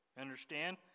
Understand